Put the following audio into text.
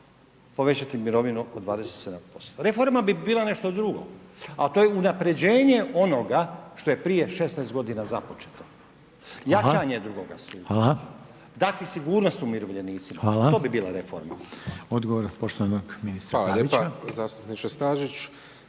povećati mirovinu od 27%. Reforma bi bila nešto drugo, ali to je unapređenje onoga što je prije 16 godina započeto, jačanje II. stupa, dati sigurnost umirovljenicima, to bi bila reforma. **Reiner, Željko (HDZ)** Hvala.